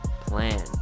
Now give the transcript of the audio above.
plan